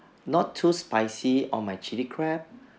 not too spicy on my chilli crab